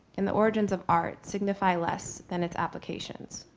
and the origins of art signify less than its applications.